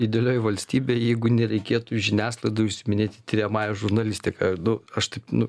idealioj valstybėj jeigu nereikėtų žiniasklaidai užsiiminėti tiriamąja žurnalistika nu aš taip nu